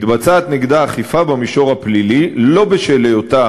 מתבצעת נגדה אכיפה במישור הפלילי לא בשל היותה